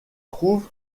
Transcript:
trouve